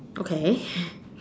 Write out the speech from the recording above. okay